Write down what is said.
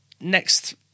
next